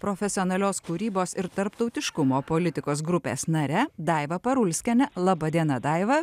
profesionalios kūrybos ir tarptautiškumo politikos grupės nare daiva parulskiene laba diena daiva